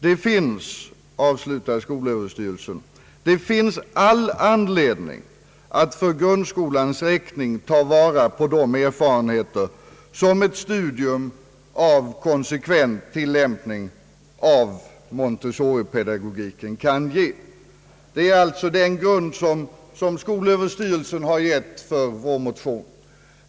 Det finns», avslutar skolöverstyrelsen, »all anledning att för grundskolans räkning ta vara på de erfarenheter, som ett studium av konsekvent tillämpning av Montessoripedagogiken kan ge.» Det är alltså den grund som skolöverstyrelsen har givit för vår motion.